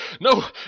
no